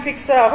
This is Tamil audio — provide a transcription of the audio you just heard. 6 ஆகும்